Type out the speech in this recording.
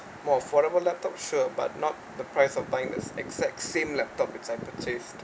more affordable laptop sure but not the price of buying this exact same laptop as I could save